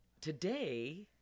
today